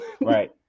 right